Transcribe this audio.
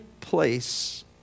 place